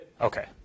Okay